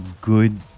good